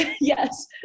Yes